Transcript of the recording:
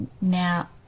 now